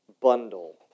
bundle